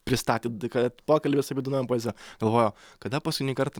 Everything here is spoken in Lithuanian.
pristatėt kad pokalbis apie dainuojamąją poeziją galvoju kada paskutinįkart